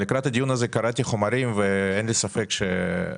לקראת הדיון הזה קראתי חומר ואין לי ספק שהמוצר